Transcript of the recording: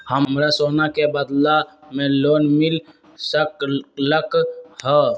हमरा सोना के बदला में लोन मिल सकलक ह?